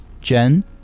Jen